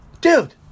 Dude